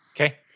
Okay